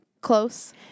close